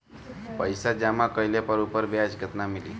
पइसा जमा कइले पर ऊपर ब्याज केतना मिली?